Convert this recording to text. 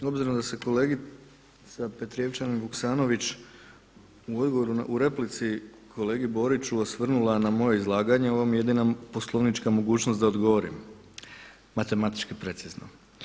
Obzirom da se kolegica Perijevčanin Vuksanović u odgovoru u replici kolegi Boriću osvrnula na moje izlaganje ovo mi je je jedina poslovnička mogućnost da odgovorim, matematički precizno.